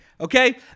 okay